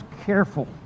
careful